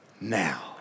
now